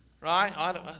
right